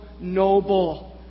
noble